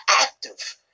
active